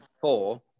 four